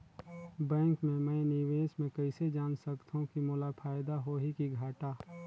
Bank मे मैं निवेश मे कइसे जान सकथव कि मोला फायदा होही कि घाटा?